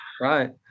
Right